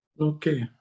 Okay